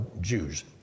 Jews